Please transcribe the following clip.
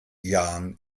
jahren